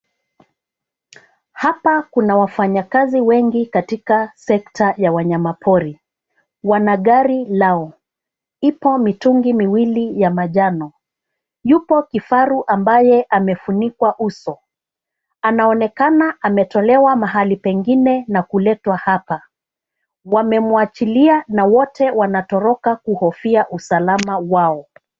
Hapa kuna wafanyakazi wengi katika sekta ya wanyamapori. Wana gari lao. Ipo mitungi miwili ya majano. Yupo kifaru ambaye amefunikwa uso. Anaonekana ametolewa mahali pengine na kuletwa hapa. Wamemwachilia na wote wanatoroka kuhofia usalama wao.